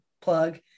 plug